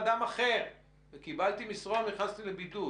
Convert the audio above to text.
כל אלה מספר האנשים.